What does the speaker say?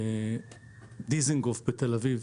בדיזינגוף בתל-אביב,